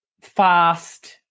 fast